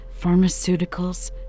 pharmaceuticals